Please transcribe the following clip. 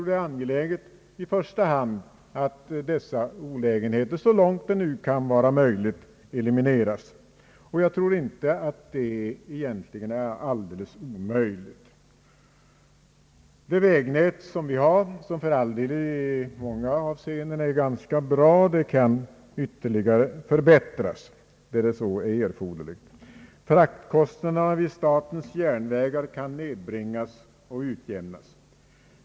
Det är angeläget att dessa olägenheter så långt det nu kan vara möjligt elimineras. Jag tror inte att det är alldeles omöjligt. Det vägnät som vi har — och som för all del i många avseenden är ganska bra — kan ytter ligare förbättras där så är erforderligt. Fraktkostnaderna vid statens järnvägar kan nedbringas och utjämnas.